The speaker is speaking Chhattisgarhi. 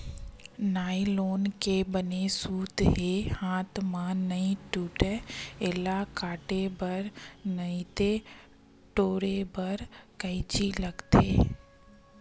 नाइलोन के बने सूत ह हाथ म नइ टूटय, एला काटे बर नइते टोरे बर कइची लागथे